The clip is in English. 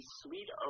sweet